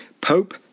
Pope